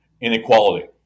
inequality